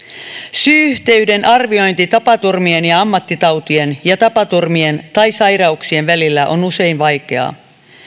syy yhteyden arviointi tapaturmien ja ammattitautien ja tapaturmien tai sairauksien välillä on usein vaikeaa